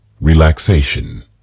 Relaxation